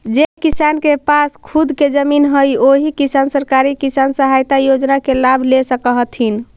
जे किसान के पास खुद के जमीन हइ ओही किसान सरकारी किसान सहायता योजना के लाभ ले सकऽ हथिन